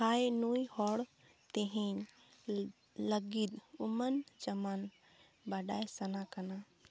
ᱦᱟᱭ ᱱᱩᱭ ᱦᱚᱲ ᱛᱮᱦᱮᱧ ᱞᱟᱹᱜᱤᱫ ᱧᱩᱢᱟᱱ ᱡᱚᱢᱢᱟᱜ ᱵᱟᱰᱟᱭ ᱥᱟᱱᱟ ᱠᱟᱱᱟ